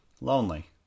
Lonely